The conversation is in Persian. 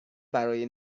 برای